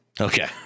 Okay